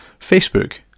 Facebook